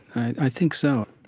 i think so.